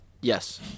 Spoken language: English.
Yes